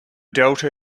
delta